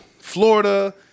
Florida